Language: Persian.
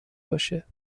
باشه